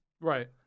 right